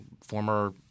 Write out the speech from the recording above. former